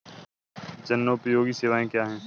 जनोपयोगी सेवाएँ क्या हैं?